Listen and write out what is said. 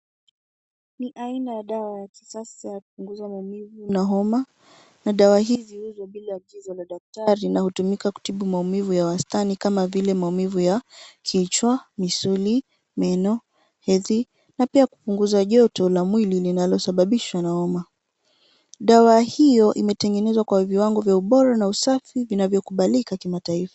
Ni aina ya dawa ya kisasa ya kupunguza maumivu na homa na dawa hizi huuzwa bila agizo la daktari na hutumika kutibu maumivu ya wastani kama vile maumivu ya kichwa, misuli, meno, hedhi na pia kupunguza joto la mwili linalo sababishwa na homa. Dawa hio imetengenezwa kwa viwango vya ubora na usafi vinavyokubalika kimataifa.